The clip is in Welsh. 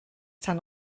tan